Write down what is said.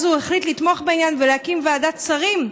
אז הוא החליט לתמוך בעניין ולהקים ועדת שרים.